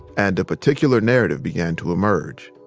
and a particular narrative began to emerge